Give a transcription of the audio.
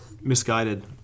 misguided